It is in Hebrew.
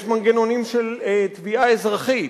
יש מנגנונים של תביעה אזרחית.